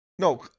No